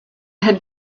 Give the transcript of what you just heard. had